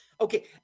Okay